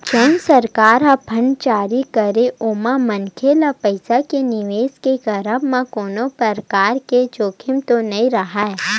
जउन सरकार ह बांड जारी करथे ओमा मनखे ल पइसा के निवेस के करब म कोनो परकार के जोखिम तो नइ राहय